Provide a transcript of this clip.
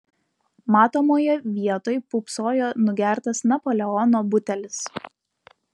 matomoje vietoj pūpsojo nugertas napoleono butelis